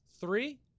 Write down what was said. three